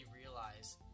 realize